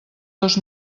dos